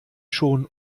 schon